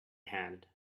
hand